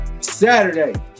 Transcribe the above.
Saturday